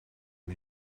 een